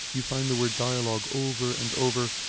you find the word dialogue over and over,